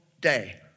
day